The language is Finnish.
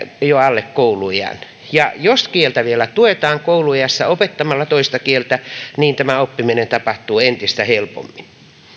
jo alle kouluiän ja jos kieltä vielä tuetaan kouluiässä opettamalla toista kieltä niin tämä oppiminen tapahtuu entistä helpommin